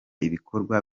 ibikorwa